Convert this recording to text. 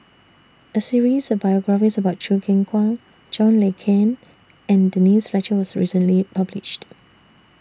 A series of biographies about Choo Keng Kwang John Le Cain and Denise Fletcher was recently published